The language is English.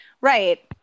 Right